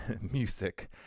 music